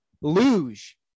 luge